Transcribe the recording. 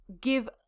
give